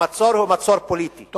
המצור הוא מצור פוליטי.